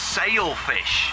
sailfish